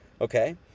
Okay